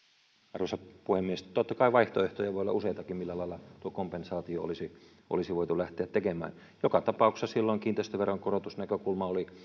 arvoisa puhemies totta kai vaihtoehtoja voi olla useitakin millä lailla tuo kompensaatio olisi olisi voitu lähteä tekemään joka tapauksessa silloin kiinteistöveron korotusnäkökulma oli